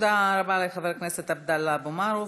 תודה רבה לחבר הכנסת עבדאללה אבו מערוף.